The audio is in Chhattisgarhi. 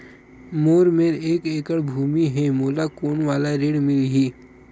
मोर मेर एक एकड़ भुमि हे मोला कोन वाला ऋण मिलही?